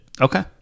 Okay